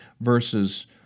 versus